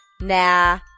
nah